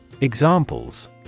Examples